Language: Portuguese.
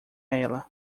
ela